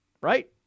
right